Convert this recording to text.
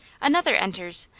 another enters,